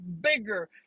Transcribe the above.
bigger